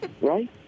right